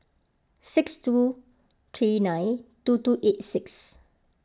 six two three nine two two eight six